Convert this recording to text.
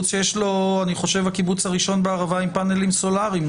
אני חושב שזה הקיבוץ הראשון בערבה עם פנלים סולריים,